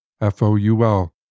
F-O-U-L